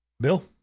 Bill